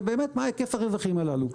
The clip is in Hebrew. ומה היקף הרווחים הללו.